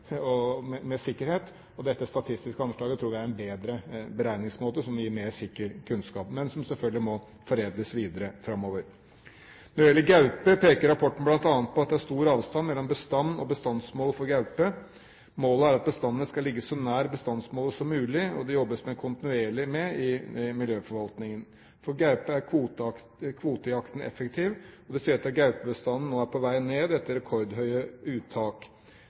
med sikkerhet, og dette statistiske anslaget tror jeg er en bedre beregningsmåte, som vil gi mer sikker kunnskap, men som selvfølgelig må foredles videre framover. Når det gjelder gaupe, peker rapporten bl.a. på at det er stor avstand mellom bestand og bestandsmål for gaupe. Målet er at bestandene skal ligge så nær bestandsmålet som mulig, og det jobbes det kontinuerlig med i miljøforvaltningen. For gaupe er kvotejakten effektiv, og viser at gaupebestanden nå er på vei ned, etter rekordhøye uttak.